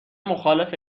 مخالف